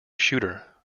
shooter